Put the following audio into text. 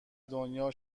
دنیا